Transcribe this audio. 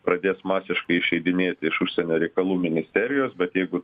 pradės masiškai išeidinėti iš užsienio reikalų ministerijos bet jeigu